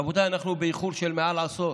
רבותיי, אנחנו באיחור של מעל עשור.